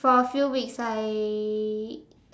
for a few weeks I